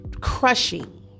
crushing